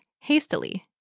hastily